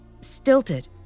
stilted